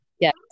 Yes